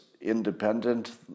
independent